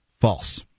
false